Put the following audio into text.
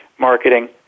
marketing